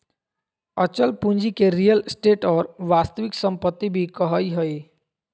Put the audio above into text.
अचल पूंजी के रीयल एस्टेट और वास्तविक सम्पत्ति भी कहइ हइ